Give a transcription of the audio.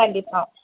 கண்டிப்பாக